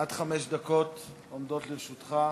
עד חמש דקות עומדות לרשותך.